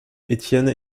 étienne